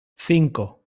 cinco